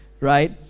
right